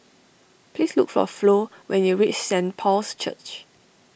please look for Flo when you reach Saint Paul's Church